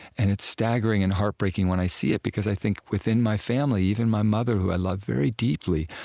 and it's staggering and heartbreaking when i see it, because i think, within my family, even my mother, who i love very deeply,